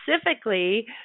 specifically